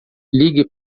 ligue